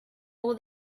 all